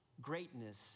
greatness